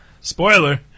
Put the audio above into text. spoiler